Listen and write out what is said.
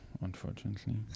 unfortunately